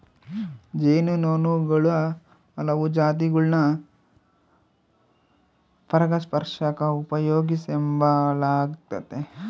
ಜೇನು ನೊಣುಗುಳ ಹಲವು ಜಾತಿಗುಳ್ನ ಪರಾಗಸ್ಪರ್ಷಕ್ಕ ಉಪಯೋಗಿಸೆಂಬಲಾಗ್ತತೆ